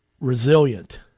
resilient